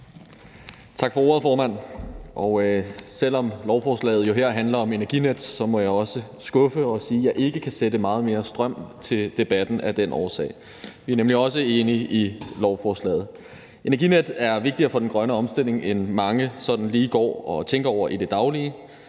Tak for ordet, formand. Selv om lovforslaget her handler om Energinet, må jeg også skuffe og sige, at jeg ikke kan sætte meget mere strøm til debatten af den årsag. Vi er nemlig også enige i lovforslaget. Energinet er vigtigere for den grønne omstilling, end mange sådan lige går og tænker over i det daglige.